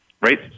right